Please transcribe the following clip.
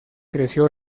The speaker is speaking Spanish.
creció